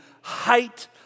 height